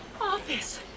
office